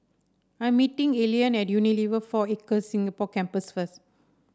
I'm meeting Allean at Unilever Four Acres Singapore Campus first